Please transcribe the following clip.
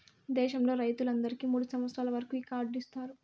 దేశంలో రైతులందరికీ మూడు సంవచ్చరాల వరకు ఈ కార్డు ఇత్తారు